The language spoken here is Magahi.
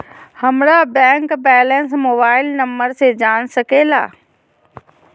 हमारा बैंक बैलेंस मोबाइल नंबर से जान सके ला?